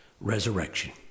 resurrection